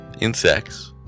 insects